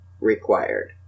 required